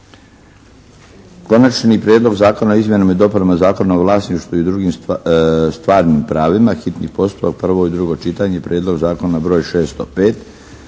Konačni prijedlog zakona o izmjenama i dopunama Zakona o vlasništvu i drugim stvarnim pravima, hitni postupak, prvo i drugo čitanje, P.Z. br. 605